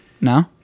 No